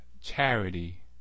charity